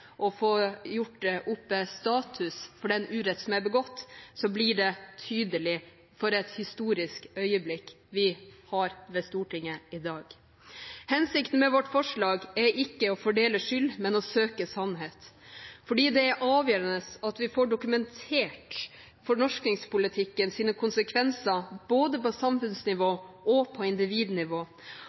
å få gjort opp status for den urett som er begått, blir det tydelig at det er et historisk øyeblikk i Stortinget i dag. Hensikten med forslaget er ikke å fordele skyld, men å søke sannhet. Det er avgjørende at vi får dokumentert fornorskingspolitikkens konsekvenser på både samfunnsnivå og individnivå,